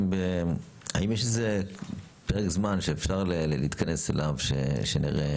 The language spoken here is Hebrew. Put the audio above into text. האם יש איזה פרק זמן שאפשר להתכנס אליו שנראה.